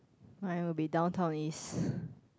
I will be Downtown-East